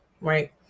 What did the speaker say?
Right